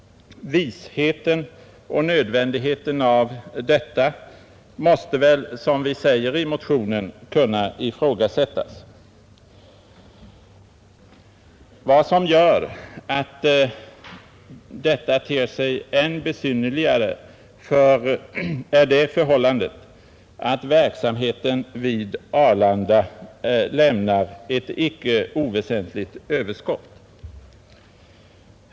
Visheten och nödvändigheten av detta måste väl, som vi säger i motionen, kunna ifrågasättas. Vad som gör att detta ter sig än besynnerligare är det förhållandet att verksamheten vid Arlanda lämnar ett icke oväsentligt överskott.